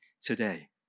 today